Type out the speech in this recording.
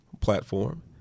platform